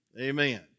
Amen